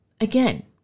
again